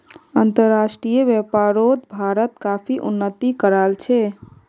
अंतर्राष्ट्रीय व्यापारोत भारत काफी उन्नति कराल छे